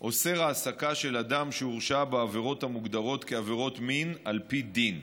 אוסר העסקה של אדם שהורשע בעבירות המוגדרות כעבירות מין על פי דין.